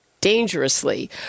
dangerously